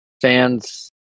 fans